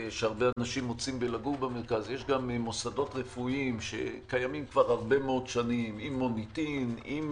יש גם מוסדות רפואיים שקיימים כבר הרבה מאוד שנים עם מוניטין ועם